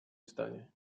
stanie